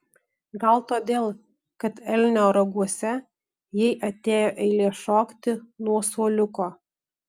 gal todėl kad elnio raguose jai atėjo eilė šokti nuo suoliuko